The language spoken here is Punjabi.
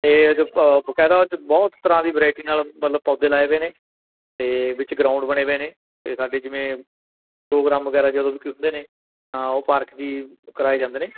ਅਤੇ ਬਕਾਇਦਾ ਉਹਦੇ 'ਚ ਬਹੁਤ ਤਰ੍ਹਾਂ ਦੀ ਵਰਾਇਟੀ ਨਾਲ ਮਤਲਬ ਪੌਦੇ ਲਾਏ ਹੋਏ ਨੇ ਅਤੇ ਵਿੱਚ ਗਰਾਊਂਡ ਬਣੇ ਹੋਏ ਨੇ ਅਤੇ ਸਾਡੇ ਜਿਵੇਂ ਪ੍ਰੋਗਰਾਮ ਵਗੈਰਾ ਜਦੋਂ ਵੀ ਕੋਈ ਹੁੰਦੇ ਨੇ ਤਾਂ ਉਹ ਪਾਰਕ 'ਚ ਹੀ ਕਰਵਾਏ ਜਾਂਦੇ ਨੇ